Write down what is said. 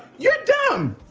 you're dumb